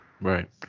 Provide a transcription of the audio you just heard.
Right